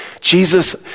Jesus